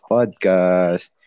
Podcast